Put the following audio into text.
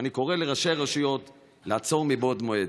ואני קורא לראשי הרשויות לעצור מבעוד מועד.